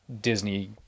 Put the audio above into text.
Disney